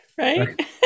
Right